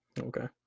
Okay